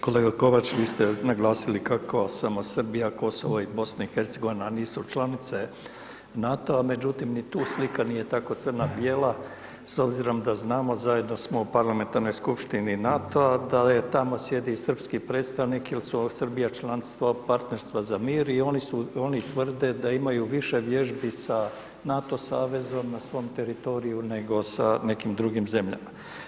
Kolega Kovač, vi ste naglasili kako sam Srbija, Kosovo i BiH nisu članice NATO-a međutim, ni tu slika nije tako crno-bijela s obzirom da znamo, zajedno smo u parlamentarnoj skupštini NATO-a da tamo sjedi i srpski predstavnik jer ... Srbija članstvo partnerstva za mir i oni tvrde da imaju više vježbi sa NATO savezom na svom teritoriju nego sa nekim drugim zemljama.